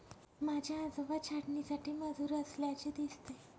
माझे आजोबा छाटणीसाठी मजूर असल्याचे दिसते